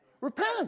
Repent